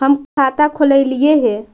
हम खाता खोलैलिये हे?